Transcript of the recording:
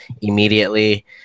immediately